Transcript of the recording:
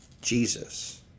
Jesus